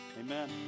Amen